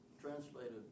translated